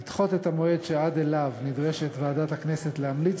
לדחות את המועד שעד אליו נדרשת ועדת הכנסת להמליץ